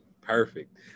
Perfect